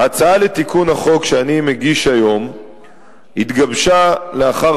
ההצעה לתיקון החוק שאני מגיש היום התגבשה לאחר